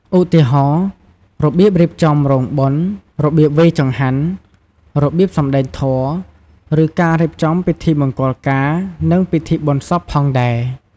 ឧទាហរណ៍ របៀបរៀបចំរោងបុណ្យ របៀបវេរចង្ហាន់ របៀបសំដែងធម៌ ឬការរៀបចំពិធីមង្គលការ និងពិធីបុណ្យសពផងដែរ។